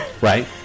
Right